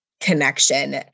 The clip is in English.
connection